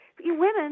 women